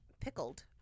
Pickled